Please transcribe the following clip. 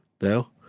now